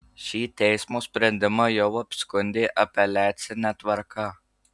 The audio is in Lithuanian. šį teismo sprendimą jau apskundė apeliacine tvarka